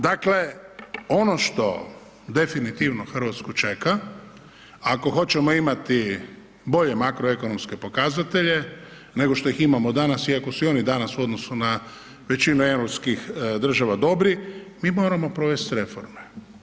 Dakle, ono što definitivno Hrvatsku čeka, ako hoćemo imati bolje makroekonomske pokazatelje nego što ih imamo danas, iako su i oni danas u odnosu na većinu europskih država dobri, mi moramo provesti reforme.